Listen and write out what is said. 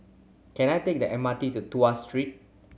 can I take the M R T to Tuas Street